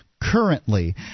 currently